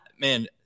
man